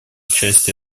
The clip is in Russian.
частью